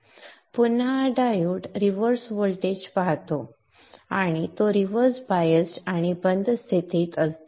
पुन्हा हा diode reverse voltage पाहतो आणि तो रिव्हर्स बायस्ड आणि बंद स्थितीत असतो